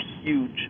huge